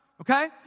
okay